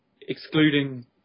excluding